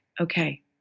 okay